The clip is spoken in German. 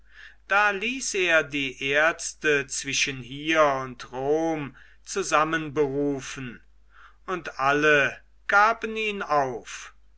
da ließ er die ärzte zwischen hier und rom zusammenberufen und alle gaben ihn auf